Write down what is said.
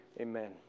amen